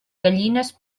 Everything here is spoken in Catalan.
gallines